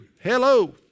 Hello